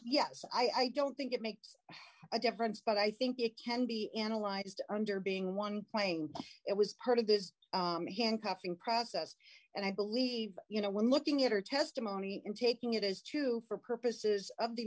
yes i don't think it makes a difference but i think it can be analyzed under being one playing it was part of this handcuffing process and i believe you know when looking at her testimony and taking it as true for purposes of the